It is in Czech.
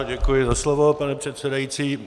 Děkuji za slovo, pane předsedající.